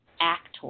actor